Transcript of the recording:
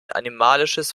animalisches